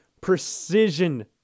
precision